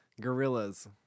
Gorillas